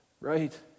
Right